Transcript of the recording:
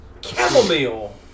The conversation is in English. chamomile